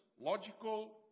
logical